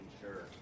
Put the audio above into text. sure